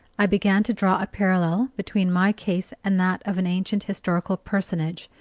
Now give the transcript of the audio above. i began to draw a parallel between my case and that of an ancient historical personage,